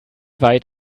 weit